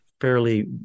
fairly